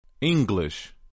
English